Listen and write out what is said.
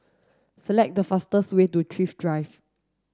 select the fastest way to Thrift Drive